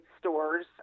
stores